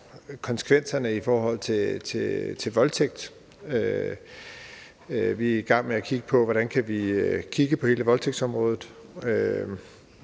konsekvenserne er i forhold til voldtægt. Vi er i gang med at kigge på hele voldtægtsområdet,